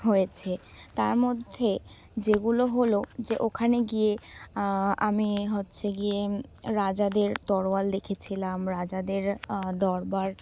হয়েছে তার মধ্যে যেগুলো হলো যে ওখানে গিয়ে আমি হচ্ছে গিয়ে রাজাদের তরোয়াল দেখেছিলাম রাজাদের দরবার